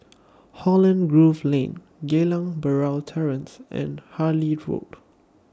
Holland Grove Lane Geylang Bahru Terrace and Harlyn Road